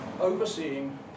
overseeing